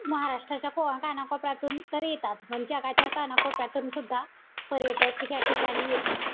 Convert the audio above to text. महाराष्ट्राच्या को कानाकोपऱ्यातून तर येतात पण जगाच्या कानाकोपऱ्यातून सुद्धा पर्यटक ह्या ठिकाणी येतात